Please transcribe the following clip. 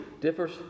differs